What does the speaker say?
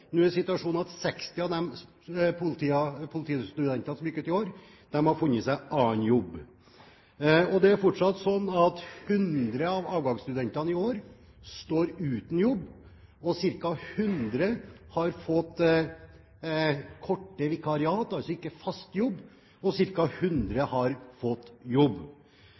Nå er situasjonen at 60 av de politistudentene som gikk ut i år, har funnet seg annen jobb. Det er fortsatt sånn at 100 av avgangsstudentene i år står uten jobb, ca. 100 har fått korte vikariat, altså ikke fast jobb, og ca. 100 har fått jobb.